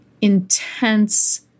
intense